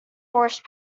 horse